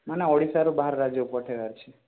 ମାନେ ଓଡ଼ିଶାରୁ ବାହାର ରାଜ୍ୟକୁ ପଠାଇବାର ଅଛି